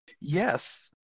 Yes